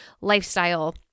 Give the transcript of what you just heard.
lifestyle